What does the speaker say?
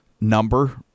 number